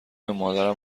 مادرم